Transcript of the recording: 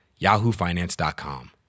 yahoofinance.com